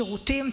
שירותים,